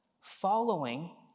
Following